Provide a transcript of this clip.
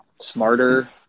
smarter